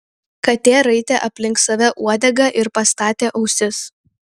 katė raitė aplink save uodegą ir pastatė ausis